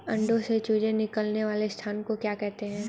अंडों से चूजे निकलने वाले स्थान को क्या कहते हैं?